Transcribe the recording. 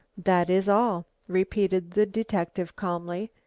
that is all, repeated the detective calmly,